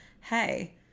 Hey